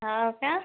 हो का